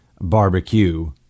barbecue